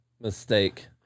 Mistake